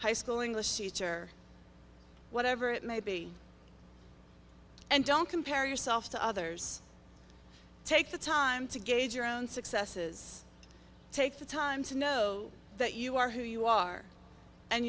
high school english teacher whatever it may be and don't compare yourself to others take the time to gauge your own successes take the time to know that you are who you are and